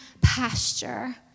pasture